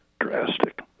drastic